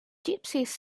gypsies